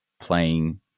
playing